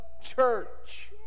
church